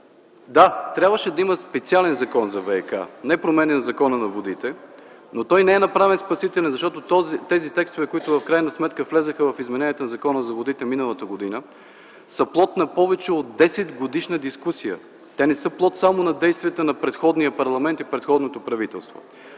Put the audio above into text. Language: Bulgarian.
Да, трябваше да има специален Закон за ВиК, не променящ Закона за водите, но той не е направен спасителен, защото тези текстове, които в крайна сметка влязоха в измененията на Закона за водите миналата година, са плод на повече от 10-годишна дискусия. Те не са плод само на действията на предходния парламент и предходното правителство.